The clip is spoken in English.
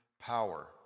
Power